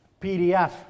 PDF